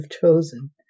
chosen